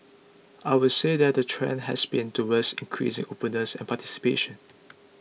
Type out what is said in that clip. I would say that the trend has been towards increasing openness and participation